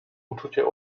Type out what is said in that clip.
uczucie